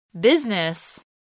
Business